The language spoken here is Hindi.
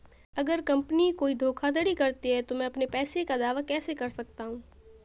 अगर कंपनी कोई धोखाधड़ी करती है तो मैं अपने पैसे का दावा कैसे कर सकता हूं?